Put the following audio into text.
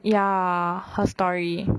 ya her story